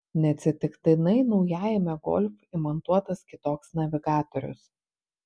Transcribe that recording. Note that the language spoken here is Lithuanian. neatsitiktinai naujajame golf įmontuotas kitoks navigatorius